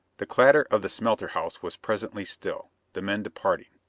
the clatter of the smelter house was presently still the men departing.